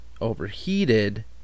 overheated